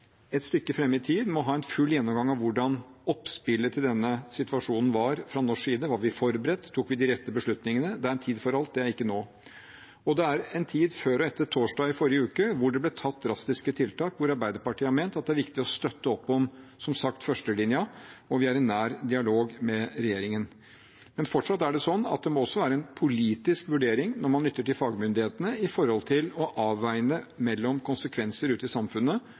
et stykke fram i tid – må ha en full gjennomgang av hvordan oppspillet til denne situasjonen var fra norsk side: Var vi forberedt? Tok vi de rette beslutningene? Det er en tid for alt, og det er ikke nå. Og det er en tid før og etter torsdag i forrige uke, da det ble gjort drastiske tiltak, hvor Arbeiderpartiet har ment at det er viktig å støtte opp om – som sagt – førstelinjen, og vi er i nær dialog med regjeringen. Men fortsatt er det sånn at det også må være en politisk vurdering når man lytter til fagmyndighetene, med hensyn til å avveie konsekvenser ute i samfunnet